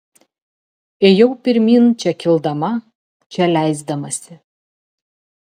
ėjau pirmyn čia kildama čia leisdamasi